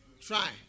try